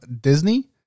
Disney